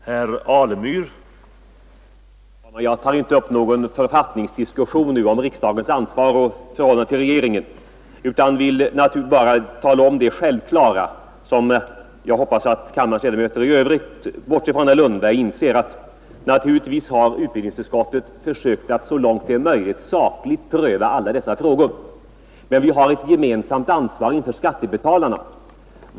Herr talman! Jag tar inte upp någon författningsdiskussion om riksdagens ansvar och förhållande till regeringen, utan vill bara betona det självklara — som jag hoppas att kammarens ledarmöter inser, bortsett från herr Lundberg — att utbildningsutskottet har försökt att så långt det är möjligt sakligt pröva dessa frågor. Men vi har ett gemensamt ansvar inför skattebetalarna.